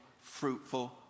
fruitful